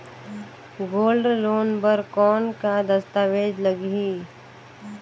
Gold loan बर कौन का दस्तावेज लगही?